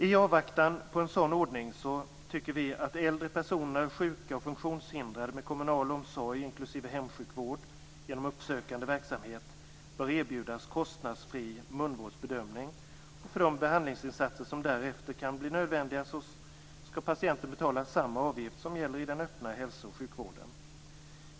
I avvaktan på en sådan ordning bör enligt vår mening äldre personer, sjuka och funktionshindrade med kommunal omsorg inklusive hemsjukvård genom uppsökande verksamhet erbjudas kostnadsfri munvårdsbedömning, och för de behandlingsinsatser som därefter kan bli nödvändiga skall patienten betala samma avgifter som gäller i den öppna hälso och sjukvården.